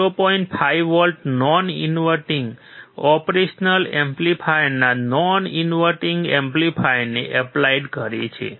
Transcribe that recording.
5 volt non inverting operation એમ્પ્લીફાયરના non inverting એમ્પ્લીફાયરને applied કરે છે